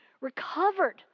recovered